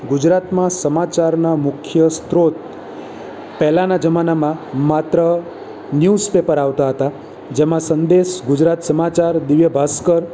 ગુજરાતના સમાચારના મુખ્ય સ્ત્રોત પહેલાંના જમાનામાં માત્ર ન્યૂઝ પેપર આવતાં હતાં જેમાં સંદેશ ગુજરાત સમાચાર દિવ્યભાસ્કર